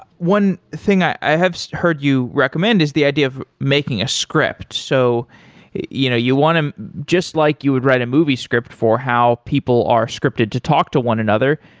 one thing i have heard you recommend is the idea of making a script. so you know you want to just like you would write a movie script for how people are scripted to talk to one another,